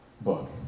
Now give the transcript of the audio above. book